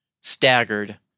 Staggered